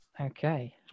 Okay